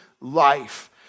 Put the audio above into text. life